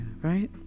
right